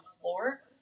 floor